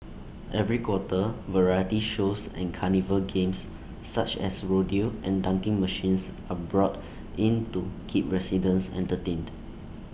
every quarter variety shows and carnival games such as rodeo and dunking machines are brought in to keep residents entertained